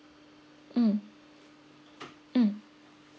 mm mm